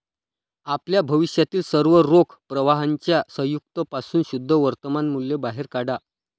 आपल्या भविष्यातील सर्व रोख प्रवाहांच्या संयुक्त पासून शुद्ध वर्तमान मूल्य बाहेर काढा